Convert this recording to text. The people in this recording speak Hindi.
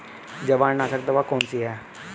जवार नाशक दवा कौन सी है?